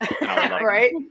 Right